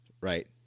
right